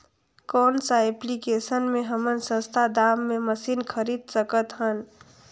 कौन सा एप्लिकेशन मे हमन सस्ता दाम मे मशीन खरीद सकत हन?